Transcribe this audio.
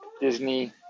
Disney